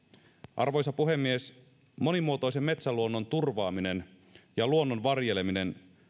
arvoisa puhemies monimuotoisen metsäluonnon turvaaminen ja luonnon varjeleminen